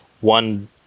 One